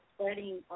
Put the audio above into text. spreading –